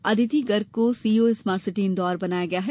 अदिति गर्ग को CEO smart city Indore बनाया गया है